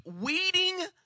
weeding